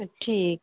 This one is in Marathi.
ठीक